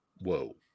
Whoa